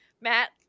Matt